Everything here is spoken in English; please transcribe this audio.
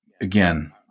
again